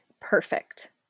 perfect